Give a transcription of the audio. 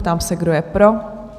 Ptám se, kdo je pro?